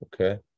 okay